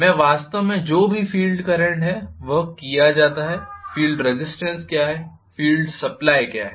मैं वास्तव में जो भी फील्ड करंट है वह किया जाता है कि फील्ड रेजिस्टेंस क्या है और फ़ील्ड सप्लाई क्या है